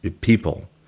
people